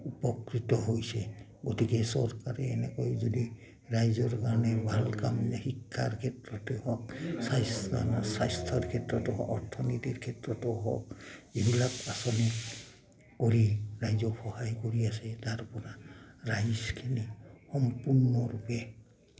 উপকৃত হৈছে গতিকে চৰকাৰে এনেকৈ যদি ৰাইজৰ কাৰণে ভাল কাম শিক্ষাৰ ক্ষেত্ৰতে হওক স্বাস্থ্য স্বাস্থ্যৰ ক্ষেত্ৰতে হওক অৰ্থনীতিৰ ক্ষেত্ৰতো হওক যিবিলাক আঁচনি কৰি ৰাইজক সহায় কৰি আছে তাৰপৰা ৰাইজখিনি সম্পূৰ্ণৰূপে